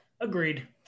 agreed